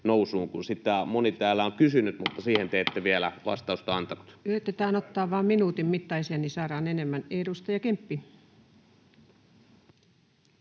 kun sitä moni täällä on kysynyt, mutta siihen te ette ole vielä vastausta antanut? Yritetään ottaa vain minuutin mittaisia, niin saadaan enemmän. — Edustaja Kemppi.